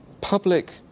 public